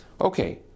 Okay